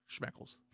Schmeckles